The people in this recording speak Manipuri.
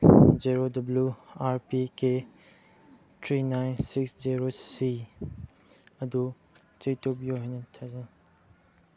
zero W R P K three nine six zero ꯁꯤ ꯑꯗꯨ ꯆꯦꯛ ꯇꯧꯕꯤꯌꯣ ꯍꯥꯏꯅ ꯊꯥꯖꯩ